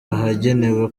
ahagenewe